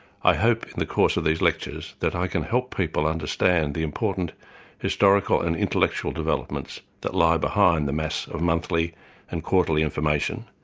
i hope in the course of these lectures that i can help people understand the important historical and intellectual developments that lie behind the mass of monthly and quarterly information,